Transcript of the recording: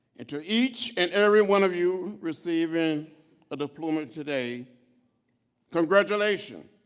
and to each and every one of you receiving a diploma today congratulations!